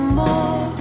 more